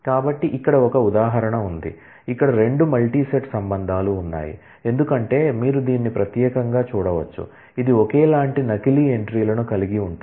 కాబట్టి ఇక్కడ ఒక ఉదాహరణ ఉంది ఇక్కడ 2 మల్టీ సెట్ రిలేషన్లు ఉన్నాయి ఎందుకంటే మీరు దీన్ని ప్రత్యేకంగా చూడవచ్చు ఇది ఒకేలాంటి నకిలీ ఎంట్రీలను కలిగి ఉంటుంది